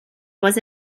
was